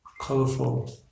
colorful